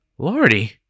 Lordy